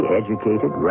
educated